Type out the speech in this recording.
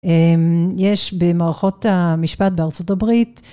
יש במערכות המשפט בארה״ב